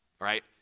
right